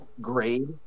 grade